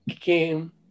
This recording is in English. came